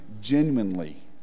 genuinely